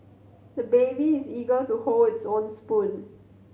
the baby is eager to hold his own spoon